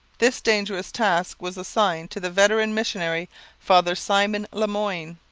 this dangerous task was assigned to the veteran missionary father simon le moyne.